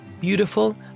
beautiful